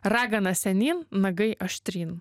ragana senyn nagai aštryn